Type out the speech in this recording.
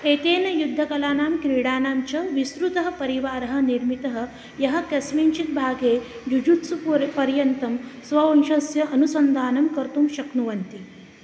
एतेन युद्धकलानां क्रीडानां च विसृतः परिवारः निर्मितः यः कस्मिञ्चित् भागे युजुत्सुपुरपर्यन्तं स्ववंशस्य अनुसंधानं कर्तुं शक्नुवन्ति